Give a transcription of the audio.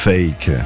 Fake